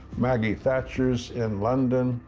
maggie thatcher's in london,